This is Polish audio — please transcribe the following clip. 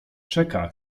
czeka